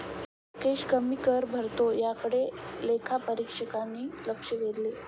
राकेश कमी कर भरतो याकडे लेखापरीक्षकांनी लक्ष वेधले